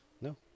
No